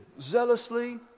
zealously